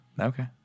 Okay